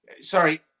sorry